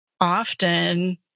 often